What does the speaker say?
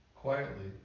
Quietly